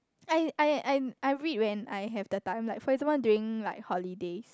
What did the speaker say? I I I I read when I have the time like for example during like holidays